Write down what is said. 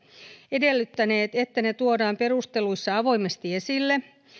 edellyttäneet että ne tuodaan perusteluissa avoimesti esille